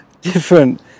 different